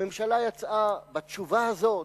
הממשלה יצאה בתשובה הזאת,